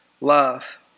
love